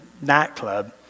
nightclub